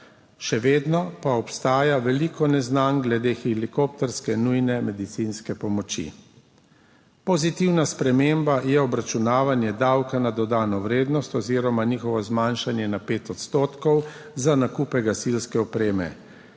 Še vedno pa obstaja veliko neznank glede helikopterske nujne medicinske pomoči. Pozitivna sprememba je obračunavanje davka na dodano vrednost oziroma njegovo zmanjšanje na 5 % za nakupe gasilske opreme.